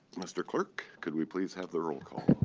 mr. clerk, could we please have the roll call?